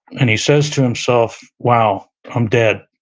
and he says to himself, wow, i'm dead.